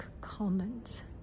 comments